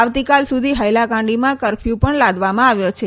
આવતીકાલ સુધી હેલાકાંડીમાં કરફયુ પણ લાદવામાં આવ્યો છે